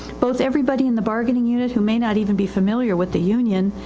both everybody in the bargaining unit who may not even be familiar with the union,